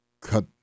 cut